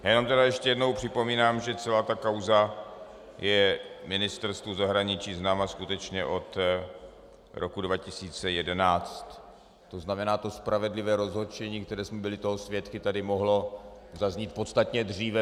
Já jenom ještě jednou připomínám, že celá ta kauza je Ministerstvu zahraničí známa skutečně od roku 2011, to znamená, to spravedlivé rozhořčení, kterého jsme byli svědky, tady mohlo zaznít podstatně dříve.